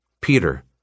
Peter